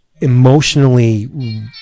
emotionally